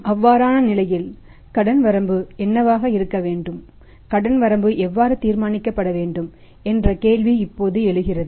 அவ்வாறான நிலையில் அவருக்கு கடன் வரம்பு என்னவாக இருக்க வேண்டும் கடன் வரம்பு எவ்வாறு தீர்மானிக்கப்பட வேண்டும் என்ற கேள்வி இப்போது எழுகிறது